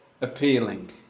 appealing